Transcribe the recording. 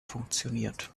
funktioniert